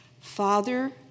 Father